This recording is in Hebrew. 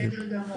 בסדר גמור.